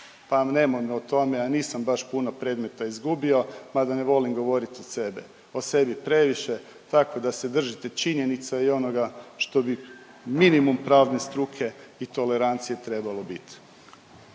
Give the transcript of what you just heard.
pa nemojmo o tome. Ja nisam baš puno predmeta izgubio, mada ne volim govoriti o sebi previše, tako da se držite činjenica i onoga što bi minimum pravne struke i tolerancije trebalo bit.